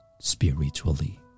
spiritually